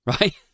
right